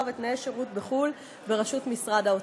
ולתנאי שירות בחו"ל בראשות משרד האוצר.